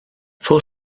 fou